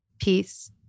Peace